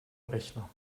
rechner